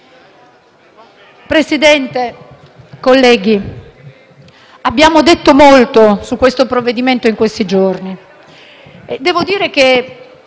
Presidente, colleghi, abbiamo detto molto su questo provvedimento in questi giorni.